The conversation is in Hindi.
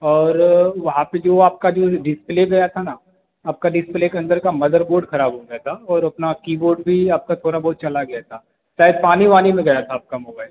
और वहाँ पर जो आपका जो डिस्प्ले गया था ना आपके डिस्प्ले के अंदर का मदरबोर्ड ख़राब हो गया था और अपना कीबोर्ड भी आपका थोड़ा बहुत चला गया था शायद पानी वानी में गया था आपका मोबाइल